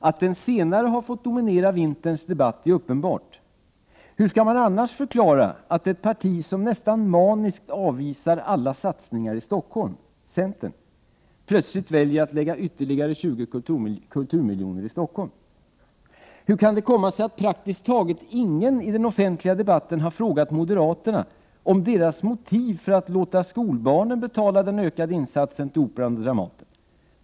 Att den senare har fått dominera vinterns debatt är uppenbart: Hur skall man annars förklara att ett parti som nästan maniskt avvisar alla satsningar i Stockholm — centern — plötsligt väljer att lägga ytterligare 20 kulturmiljoner i Stockholm? Hur kan det komma sig att praktiskt taget ingen i den offentliga debatten frågat moderaterna om deras motiv för att låta skolbarnen betala den ökade insatsen till Operan och Dramaten?